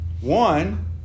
One